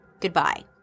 goodbye